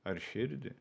ar širdį